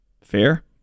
Fair